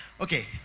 Okay